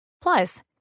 Plus